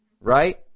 right